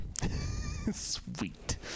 Sweet